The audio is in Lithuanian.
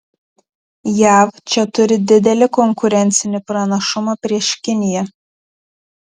jav čia turi didelį konkurencinį pranašumą prieš kiniją